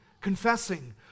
confessing